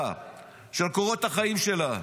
קורות החיים שלה,